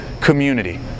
community